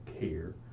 care